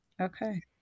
Okay